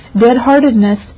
dead-heartedness